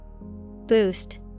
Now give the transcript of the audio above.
Boost